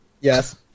Yes